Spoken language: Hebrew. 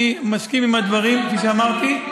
אל, אני מסכים לדברים, כפי שאמרתי.